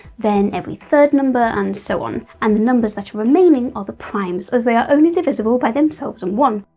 then every third number, and so on, and the numbers that are remaining are the primes as they are only divisible by themselves and one.